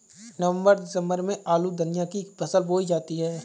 नवम्बर दिसम्बर में आलू धनिया की फसल बोई जाती है?